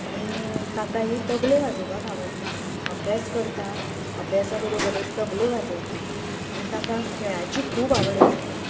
आनी ताकाय तबलें वाजोवपाक आवडटा अभ्यास करता अभ्यासा बरोबरच तबलें वाजयता आनी ताका खेळाची खूब आवड आसा